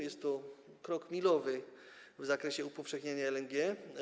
Jest to krok milowy w zakresie upowszechnienia LNG.